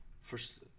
first